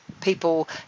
People